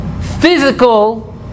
Physical